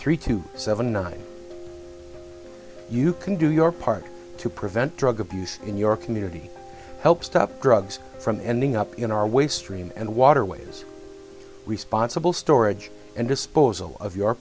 three two seven nine you can do your part to prevent drug abuse in your community help stop drugs from ending up in our waste stream and waterways responsible storage and disposal of your